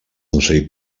ocell